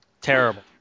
Terrible